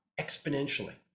exponentially